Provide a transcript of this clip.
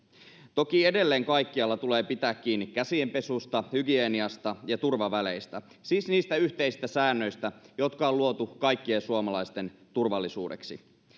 toki edelleen kaikkialla tulee pitää kiinni käsien pesusta hygieniasta ja turvaväleistä siis niistä yhteisistä säännöistä jotka on luotu kaikkien suomalaisten turvallisuudeksi